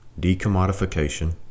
decommodification